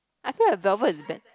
I feel like Velvet is bet~